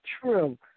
true